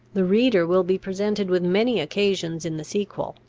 the reader will be presented with many occasions in the sequel,